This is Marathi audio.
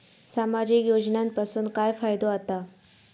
सामाजिक योजनांपासून काय फायदो जाता?